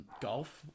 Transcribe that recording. Golf